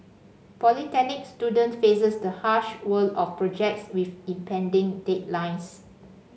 polytechnic student faces the harsh world of projects with impending deadlines